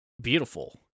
beautiful